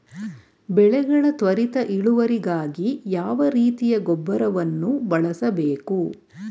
ಬೆಳೆಗಳ ತ್ವರಿತ ಇಳುವರಿಗಾಗಿ ಯಾವ ರೀತಿಯ ಗೊಬ್ಬರವನ್ನು ಬಳಸಬೇಕು?